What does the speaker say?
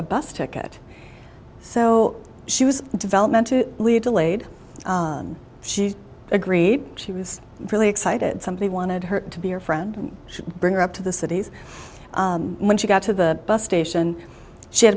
a bus ticket so she was development to leave delayed she agreed she was really excited somebody wanted her to be your friend should bring up to the cities when she got to the bus station she had